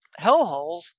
hellholes